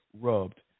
rubbed